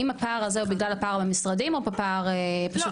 האם הפער הזה הוא בגלל הפער במשרדים או בפער פשוט